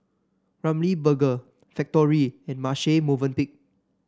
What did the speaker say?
Ramly Burger Factorie and Marche Movenpick